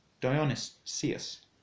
Dionysius